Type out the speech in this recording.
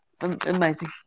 Amazing